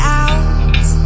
out